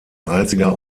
einziger